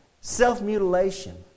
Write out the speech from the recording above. Self-mutilation